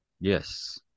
Yes